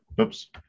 Oops